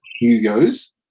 hugos